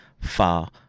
far